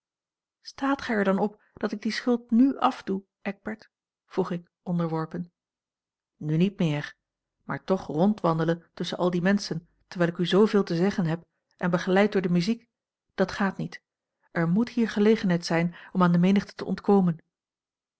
staat gij er dan op dat ik die schuld n afdoe eckbert vroeg ik onderworpen nu niet meer maar toch rondwandelen tusschen al die menschen terwijl ik u zoo veel te zeggen heb en begeleid door de muziek dat gaat niet er moet hier gelegenheid zijn om aan de menigte te ontkomen